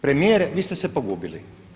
Premijer vi ste se pogubili.